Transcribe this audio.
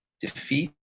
defeat